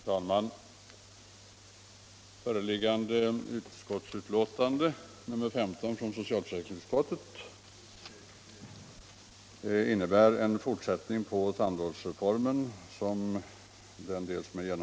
Herr talman! Föreliggande utskottsbetänkande från socialförsäkringsutskottet innebär en fortsättning på tandvårdsreformen.